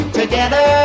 together